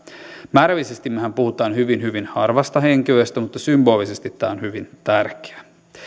määrällisestihän me puhumme hyvin hyvin harvasta henkilöstä mutta symbolisesti tämä on hyvin tärkeää